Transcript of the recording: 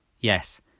Yes